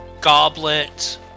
goblet